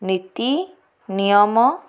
ନୀତି ନିୟମ